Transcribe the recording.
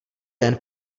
jen